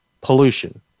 pollution